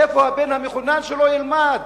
איפה הבן המחונן שלו ילמד,